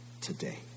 today